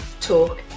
talk